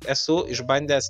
esu išbandęs